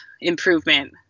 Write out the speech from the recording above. improvement